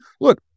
Look